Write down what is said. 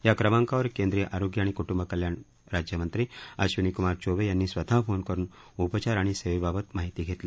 या क्रमांकावर केंद्रीय आरोग्य आणि कृटुंब कल्याण राज्यमंत्री अश्विनीकमार चौबे यांनी स्वतः फोन करून उपचार आणि सेवेबाबत माहिती घेतली